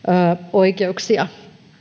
oikeuksia